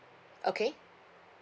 okay